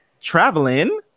traveling